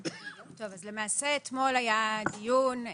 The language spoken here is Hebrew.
טוב, אז למעשה אתמול היה דיון.